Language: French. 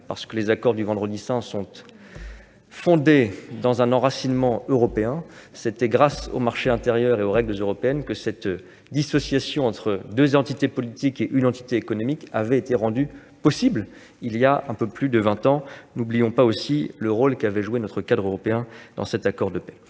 Europe. Les accords du Vendredi saint sont fondés dans un enracinement européen : c'est grâce au marché intérieur et aux règles européennes que cette dissociation entre deux entités politiques et une entité économique avait été rendue possible, voilà un peu plus de vingt ans. N'oublions pas le rôle qu'avait joué notre cadre européen dans cet accord de paix.